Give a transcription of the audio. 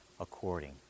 according